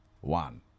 one